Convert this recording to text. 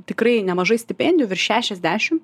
tikrai nemažai stipendijų virš šešiasdešim